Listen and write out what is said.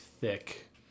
thick